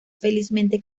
felizmente